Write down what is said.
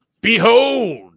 Behold